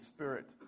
Spirit